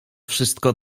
wszystko